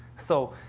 so,